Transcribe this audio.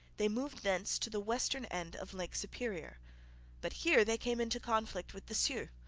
they moved thence to the western end of lake superior but here they came into conflict with the sioux,